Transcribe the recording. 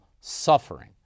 suffering